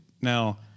Now